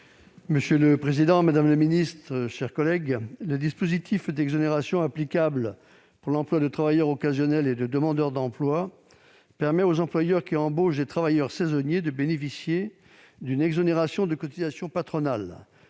La parole est à M. Jean-Luc Fichet, sur l'article. Le dispositif d'exonération applicable pour l'emploi de travailleurs occasionnels et de demandeurs d'emploi (TO-DE) permet aux employeurs qui embauchent des travailleurs saisonniers de bénéficier d'une exonération de cotisations patronales.